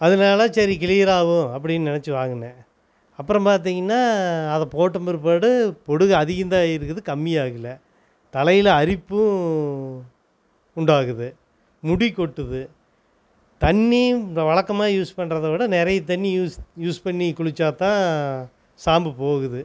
அதனால சரி கிளீயராகும் அப்படினு நினச்சி வாங்கினேன் அப்புறம் பார்த்திங்னா அதை போட்ட பிற்பாடு பொடுகு அதிகம்தான் ஆகியிருக்குது கம்மியாகலை தலையில் அரிப்பும் உண்டாகுது முடி கொட்டுது தண்ணியும் வழக்கமாக யூஸ் பண்ணுறத விட நிறைய தண்ணி யூஸ் யூஸ் பண்ணி குளிச்சால்தான் ஷாம்பு போகுது